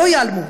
לא ייעלמו.